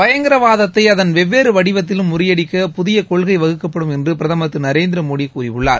பயங்கரவாதத்தை அதன் வெவ்வேறு வடிவத்திலும் முறியடிக்க புதிய கொள்கை வகுக்கப்படும் என்று பிரதமா் திரு நரேந்திர மோடி கூறியுள்ளார்